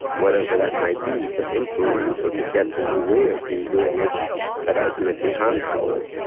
whatever that might be, to influence or to get in the way of me doing it that ultimately harms howard.